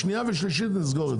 שנייה ושלישית נסגור את זה.